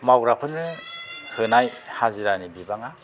मावग्राफोरनो होनाय हाजिरानि बिबाङा